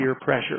pressure